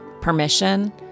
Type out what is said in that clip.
permission